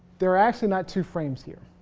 there are actually not two frames here